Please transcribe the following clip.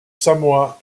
samoa